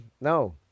No